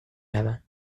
رود